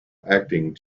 acting